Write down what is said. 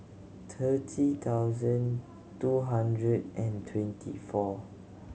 thirty thousand two hundred and twenty four